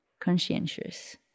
conscientious